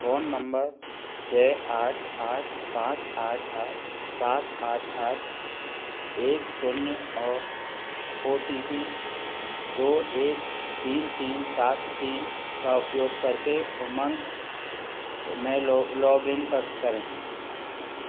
phone number छः आठ आठ पाँच आठ आठ सात आठ आठ एक शून्य और ओ टी पी दो एक तीन तीन सात तीन का उपयोग करके उमंग में लॉगइन करें